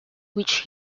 which